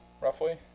roughly